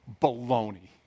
baloney